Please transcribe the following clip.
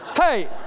Hey